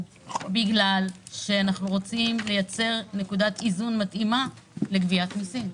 בגלל שאנחנו רוצים לייצר נקודת איזון מתאימה לגביית מיסים.